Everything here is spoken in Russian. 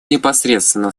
непосредственно